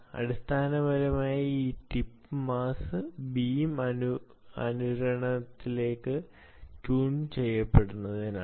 അടിസ്ഥാനപരമായി ഈ tip mass beam അനുരണനത്തിലേക്ക് ട്യൂൺ ചെയ്യുന്നതിനാണ്